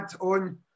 on